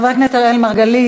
חבר הכנסת אראל מרגלית,